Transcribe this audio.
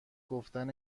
گفتن